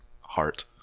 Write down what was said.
heart